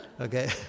Okay